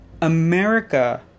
America